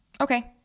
Okay